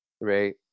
Right